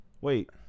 Wait